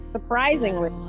Surprisingly